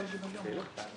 הפנייה נועדה להעברת